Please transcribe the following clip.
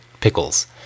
pickles